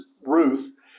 Ruth